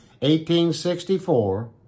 1864